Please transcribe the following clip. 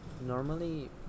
normally